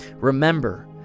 Remember